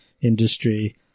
industry